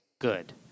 good